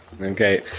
Okay